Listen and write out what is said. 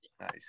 Nice